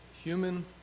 human